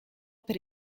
per